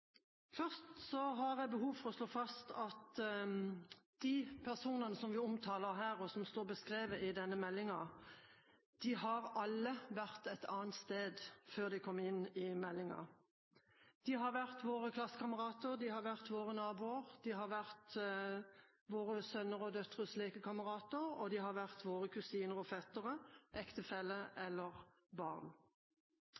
Først har jeg behov for å slå fast at de personene som vi omtaler her, og som står beskrevet i denne meldingen, alle har vært et annet sted før de kom inn i meldingen. De har vært våre klassekamerater, de har vært våre naboer, de har vært våre sønners og døtres lekekamerater, og de har vært våre kusiner og fettere,